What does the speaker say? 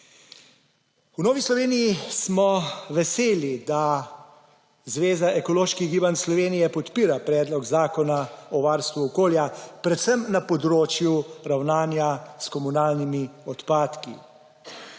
V Novi Sloveniji smo veseli, da Zveza ekoloških gibanj Slovenije podpira Predlog zakona o varstvu okolja predvsem na področju ravnanja s komunalnimi odpadki.